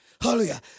Hallelujah